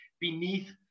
beneath